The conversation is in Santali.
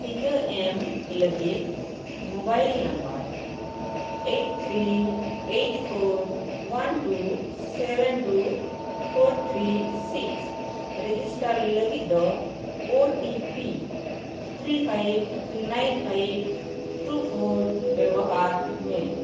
ᱴᱤᱠᱟᱹ ᱮᱢ ᱞᱟᱹᱜᱤᱫ mobile number eight three eight four one two seven two four three six register ᱞᱟᱹᱜᱤᱫ ᱫᱚ O T P three five nine five two four ᱵᱮᱵᱚᱦᱟᱨ ᱢᱮ